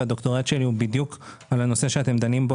והדוקטורט שלי הוא בדיוק על הנושא שאתם דנים בו